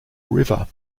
river